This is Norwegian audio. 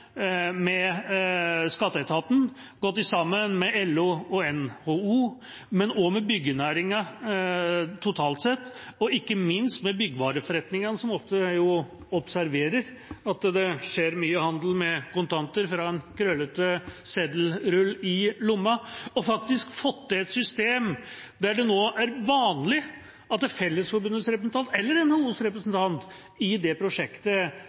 og Skatteetaten, har gått sammen med LO og NHO, men også med byggenæringen totalt sett, og ikke minst med byggevareforretningene, som ofte observerer at det skjer mye handel med kontanter fra en krøllete seddelrull i lomma, og faktisk fått til et system der det nå er vanlig at Fellesforbundets representant eller NHOs representant i prosjektet